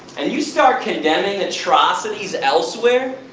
and you start condemning atrocities elsewhere.